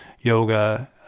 yoga